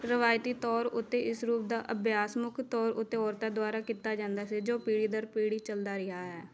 ਰਵਾਇਤੀ ਤੌਰ ਉੱਤੇ ਇਸ ਰੂਪ ਦਾ ਅਭਿਆਸ ਮੁੱਖ ਤੌਰ ਉੱਤੇ ਔਰਤਾਂ ਦੁਆਰਾ ਕੀਤਾ ਜਾਂਦਾ ਸੀ ਜੋ ਪੀੜ੍ਹੀ ਦਰ ਪੀੜ੍ਹੀ ਚੱਲਦਾ ਰਿਹਾ ਹੈ